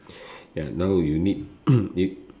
ya now you need y~